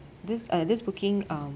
this uh this booking um